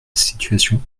situation